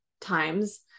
times